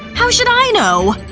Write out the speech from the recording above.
how should i know?